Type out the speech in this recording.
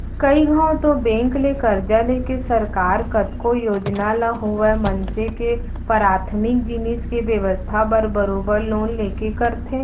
कइ घौं तो बेंक ले करजा लेके सरकार कतको योजना ल होवय मनसे के पराथमिक जिनिस के बेवस्था बर बरोबर लोन लेके करथे